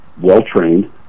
well-trained